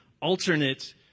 alternate